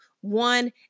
one